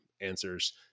answers